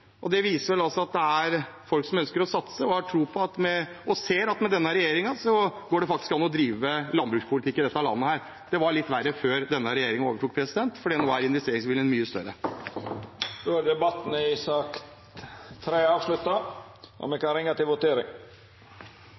Det viser vel at det er folk som ønsker å satse, og som ser at med denne regjeringen går det faktisk an å drive landbruk i dette landet. Det var litt verre før denne regjeringen overtok. Nå er investeringsviljen mye større. Debatten i sak nr. 3 er avslutta. Då er Stortinget klar til å gå til votering.